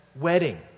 wedding